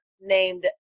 named